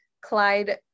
Clyde